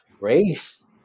race